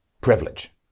privilege